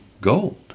gold